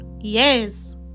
Yes